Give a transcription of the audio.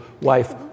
wife